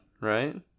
right